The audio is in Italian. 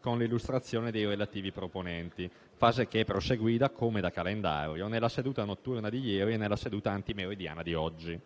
con l'illustrazione dei relativi proponenti; fase che è proseguita, come da calendario, nella seduta notturna di ieri e nella seduta antimeridiana di oggi.